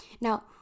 now